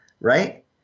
Right